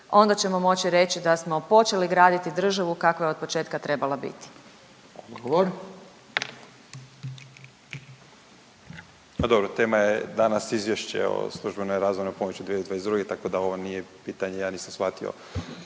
onda ćemo moći reći da smo počeli graditi državu kakva je otpočetka trebala biti.